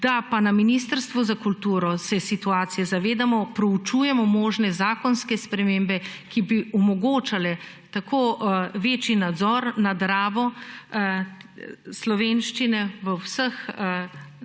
da pa na ministrstvu za kulturo se je situacije zavedamo, proučujemo možne zakonske spremembe, ki bi omogočale tako večji nadzor nad rabo slovenščine na vseh